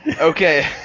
Okay